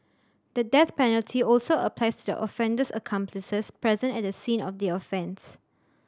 the death penalty also applies to the offender's accomplices present at the scene of the offence